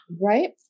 right